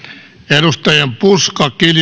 edustajien puska